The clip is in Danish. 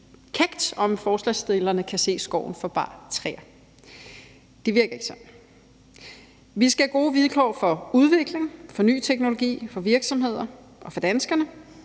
kækt, om forslagsstillerne kan se skoven for bare træer. Det virker ikke sådan. Vi skal have gode vilkår for udvikling, for ny teknologi, for virksomheder og for danskerne